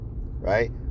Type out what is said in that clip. right